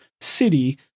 city